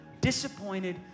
disappointed